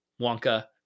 Wonka